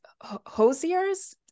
Hosiers